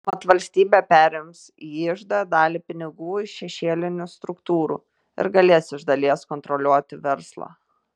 mat valstybė perims į iždą dalį pinigų iš šešėlinių struktūrų ir galės iš dalies kontroliuoti verslą